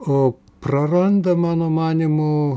o praranda mano manymu